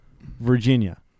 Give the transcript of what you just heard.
Virginia